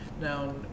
Now